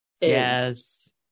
yes